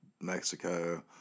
Mexico